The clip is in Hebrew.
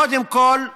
קודם כול,